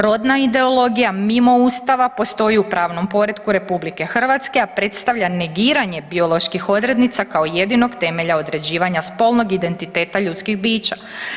Rodna ideologija mimo Ustava postoji u pravom poretku RH, a predstavlja negiranje bioloških odrednica kao jedinog temelja određivanja spolnog identiteta ljudskih bića.